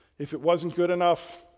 if it wasn't good enough,